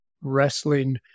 Wrestling